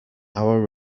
our